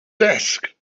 desk